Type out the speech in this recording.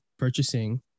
purchasing